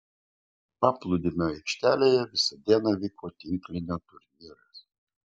paplūdimio aikštelėje visą dieną vyko tinklinio turnyras